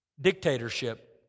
dictatorship